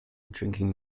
drinking